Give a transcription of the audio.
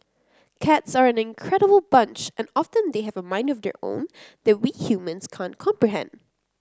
cats are an incredible bunch and often they have a mind of their own that we humans can't comprehend